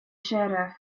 sheriff